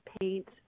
paint